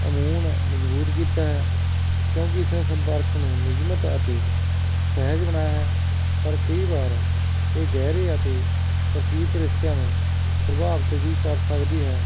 ਆਮੂਨ ਮਜ਼ਬੂਤ ਕੀਤਾ ਹੈ ਕਿਉਂਕਿ ਇਸ ਨੇ ਸੰਪਰਕ ਨੂੰ ਨਿਯਮਿਤ ਅਤੇ ਸਹਿਜ ਬਣਾਇਆ ਹੈ ਪਰ ਕਈ ਵਾਰ ਇਹ ਗਹਿਰੇ ਅਤੇ ਪ੍ਰਤੀਤ ਰਿਸ਼ਤਿਆਂ ਨੂੰ ਪ੍ਰਭਾਵਿਤ ਵੀ ਕਰ ਸਕਦੀ ਹੈ